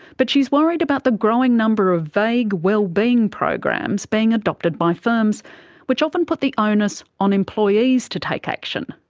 but she's worried about the growing number of vague wellbeing programs being adopted by firms which often put the onus on employees to take action,